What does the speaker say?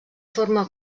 forma